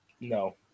No